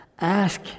Ask